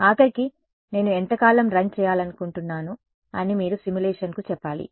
ఆఖరికి నేను ఎంతకాలం రన్ చేయాలనుకుంటున్నాను అని మీరు సిమ్యులేషన్ కు చెప్పాలి